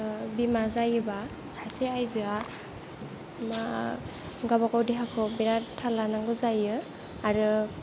बिमा जायोबा सासे आयजोआ गावबागाव देहाखौ बिराद थाल लानांगौ जायो आरो